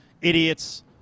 idiots